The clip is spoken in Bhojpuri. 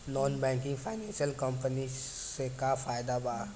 नॉन बैंकिंग फाइनेंशियल कम्पनी से का फायदा बा?